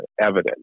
evidence